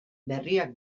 berriak